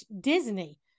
Disney